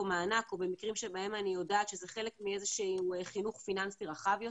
מענק או במקרים שבהם אני יודעת שזה חלק מאיזשהו חינוך פיננסי רחב יותר,